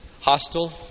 hostile